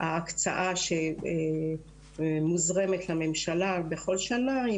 ההקצאה שמוזרמת לממשלה בכל שנה היא